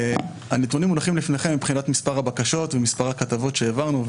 הנתונים מונחים לפניכם מבחינת מספר הבקשות ומספר הכתבות שהעברנו,